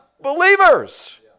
believers